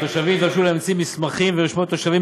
התושבים התבקשו להמציא מסמכים ורשימת תושבים